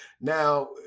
Now